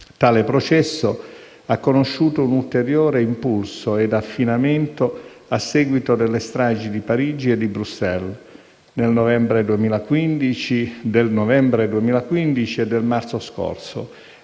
Tale processo ha conosciuto un ulteriore impulso ed affinamento a seguito delle stragi di Parigi e di Bruxelles, del novembre 2015 e del marzo scorso